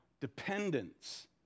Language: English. dependence